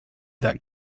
that